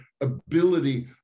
ability